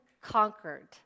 conquered